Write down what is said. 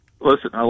listen